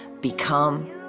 Become